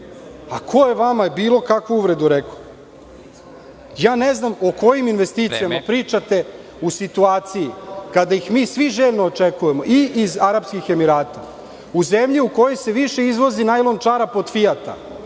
Ko je vam bilo kakvu uvredu rekao? Ne znam o kojim investicijama pričate u situaciju kada ih mi svi željno očekujemo i iz Arapskih Emirata, u zemlju u kojoj se više izvozi najlon čarape od „Fijata“,